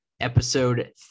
Episode